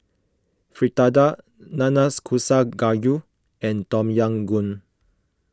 Fritada Nanakusa Gayu and Tom Yam Goong